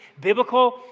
biblical